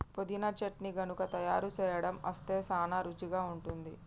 పుదీనా చట్నీ గనుక తయారు సేయడం అస్తే సానా రుచిగా ఉంటుంది